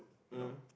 you know